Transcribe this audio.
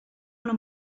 una